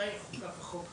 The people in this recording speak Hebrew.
מתי חוקק החוק לראשונה?